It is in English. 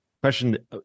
Question